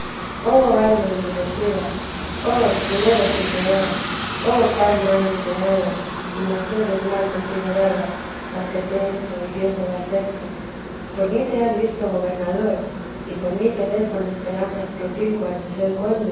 oh alma endurecida oh escudero sin piedad oh pan mal empleado y mercedes mal consideradas las que te he hecho y pienso de hacerte por mí te has visto gobernador y por mí te vees con esperanzas propincuas de ser